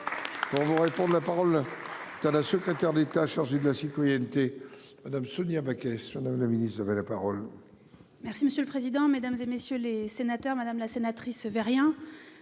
Pour vous répondre, la parole. La secrétaire d'État chargée de la citoyenneté. Madame, Sonia Backès si Madame la Ministre, vous avez la parole.